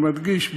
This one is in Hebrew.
אני מדגיש,